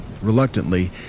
Reluctantly